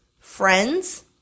Friends